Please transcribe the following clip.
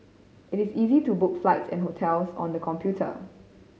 it is easy to book flights and hotels on the computer